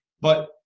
But-